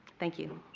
thank you.